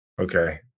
okay